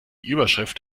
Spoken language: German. überschrift